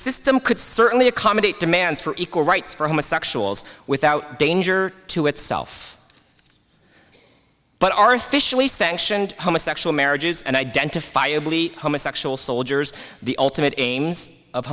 system could certainly accommodate demands for equal rights for homosexuals without danger to itself but are fishley sectioned homosexual marriages and identifiable homosexuals soldiers the ultimate aims of